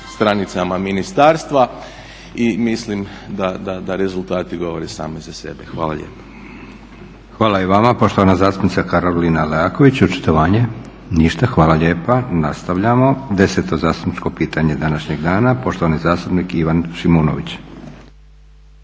stranicama ministarstva i mislim da rezultati govore sami za sebe. Hvala lijepa. **Leko, Josip (SDP)** Hvala i vama. Poštovana zastupnica Karolina Leaković očitovanje? Ništa. Hvala lijepa. Nastavljamo. 10.zatupničko pitanje današnjeg dana. Poštovani zastupnik Ivan Šimunović.